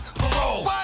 parole